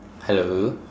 hello